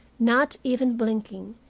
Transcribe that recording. not even blinking,